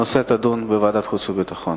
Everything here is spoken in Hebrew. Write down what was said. הנושא יידון בוועדת החוץ והביטחון.